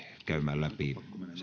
käymään läpi